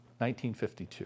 1952